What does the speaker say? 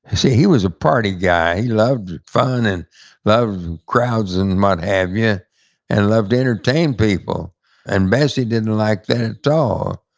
he so he was a party guy. he loved fun and loved crowds and what have you and loved to entertain people and bessy didn't like that at all.